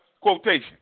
quotation